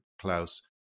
Klaus